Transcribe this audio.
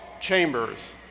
Chambers